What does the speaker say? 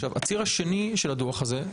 הציר השני של הדוח הזה,